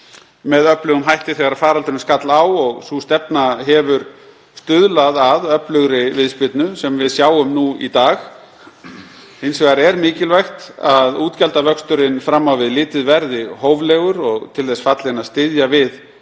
með öflugum hætti þegar faraldurinn skall á og sú stefna hefur stuðlað að öflugri viðspyrnu sem við sjáum nú í dag. Nú er hins vegar mikilvægt að útgjaldavöxtur fram á litið verði hóflegur og til þess fallinn að styðja við